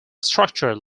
structure